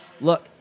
look